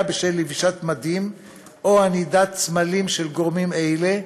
בשל לבישת מדים או ענידת סמלים של הגורמים האלה: